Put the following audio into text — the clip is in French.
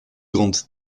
grande